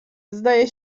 zdaje